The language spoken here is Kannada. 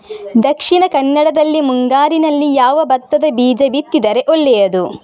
ದಕ್ಷಿಣ ಕನ್ನಡದಲ್ಲಿ ಮುಂಗಾರಿನಲ್ಲಿ ಯಾವ ಭತ್ತದ ಬೀಜ ಬಿತ್ತಿದರೆ ಒಳ್ಳೆಯದು?